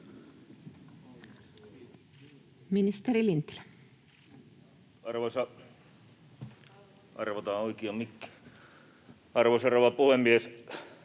Ministeri Lintilä. Arvoisa rouva puhemies!